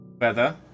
weather